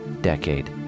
decade